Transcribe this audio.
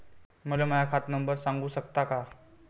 मले माह्या खात नंबर सांगु सकता का?